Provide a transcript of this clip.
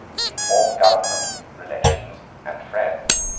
inform government, relations, and friends